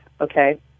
okay